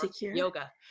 yoga